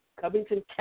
Covington